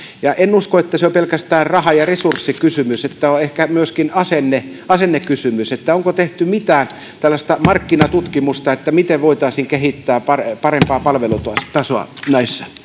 en usko että se on pelkästään raha ja resurssikysymys se on ehkä myöskin asennekysymys onko tehty mitään tällaista markkinatutkimusta siitä miten voitaisiin kehittää parempaa parempaa palvelutasoa näissä